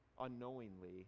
unknowingly